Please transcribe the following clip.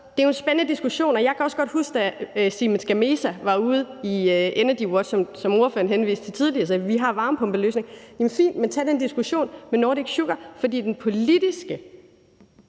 det er jo en spændende diskussion, og jeg kan også godt huske, da Siemens Gamesa i EnergyWatch, som ordføreren henviste til tidligere, var ude at sige, at man har en varmepumpeløsning. Jamen det er fint, men tag den diskussion med Nordic Sugar, for den politiske